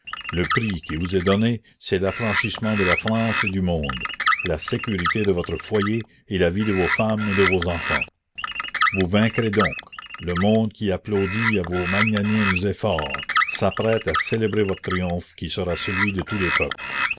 le prix qui vous est donné c'est l'affranchissement de la france et du monde la sécurité de votre foyer et la vie de vos femmes et de vos enfants vous vaincrez donc le monde qui applaudit à vos magnanimes efforts s'apprête à célébrer votre triomphe qui sera celui de tous les peuples